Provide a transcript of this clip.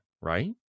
right